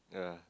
yeah